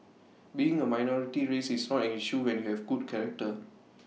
being A minority race is not an issue when you have good character